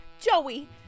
Joey